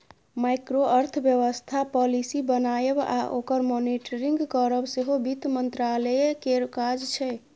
micro अर्थबेबस्था policy बनाएब आ ओकर मॉनिटरिंग करब सेहो बित्त मंत्रालय केर काज छै